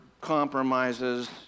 compromises